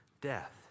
death